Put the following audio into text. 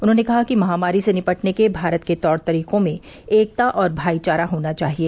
उन्होंने कहा कि महामारी से निपटने के भारत के तौर तरीकों में एकता और भाईचारा होना चाहिए